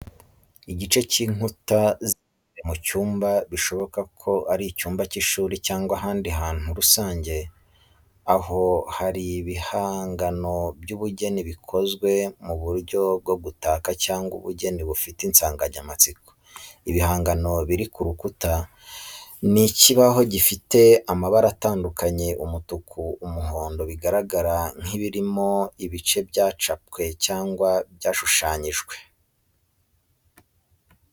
Igice cy’inkuta z’imbere mu cyumba bishoboka ko ari icyumba cy’ishuri cyangwa ahandi hantu rusange, aho hari ibihangano by’ubugeni bikozwe mu buryo bwo gutaka cyangwa ubugeni bufite insanganyamatsiko. Ibihangano biri ku rukuta ni ikibaho gifite amabara atandukanye, umutuku, n’umuhondo, bigaragara nk’ibirimo ibice byacapwe cyangwa byashushanyijwe.